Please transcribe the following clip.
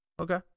okay